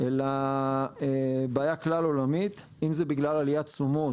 אלא בעיה כלל עולמית, אם זה בגלל עליית תשומות,